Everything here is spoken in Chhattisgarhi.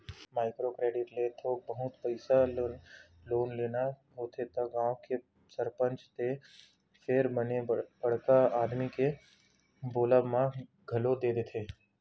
माइक्रो क्रेडिट ले थोक बहुत पइसा लोन लेना होथे त गाँव के सरपंच ते फेर बने बड़का आदमी के बोलब म घलो दे देथे